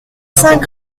cinq